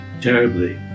terribly